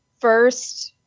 first